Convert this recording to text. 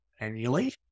annually